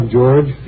George